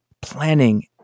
planning